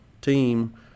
team